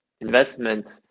investment